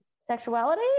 sexuality